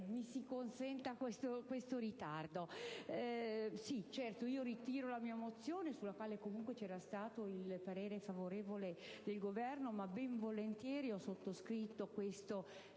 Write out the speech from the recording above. di incorrere in questo ritardo. Certamente ritiro la mia mozione, sulla quale comunque c'era stato il parere favorevole del Governo; ben volentieri ho sottoscritto questo